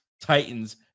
Titans